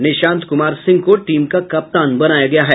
निशांत कुमार सिंह को टीम का कप्तान बनाया गया है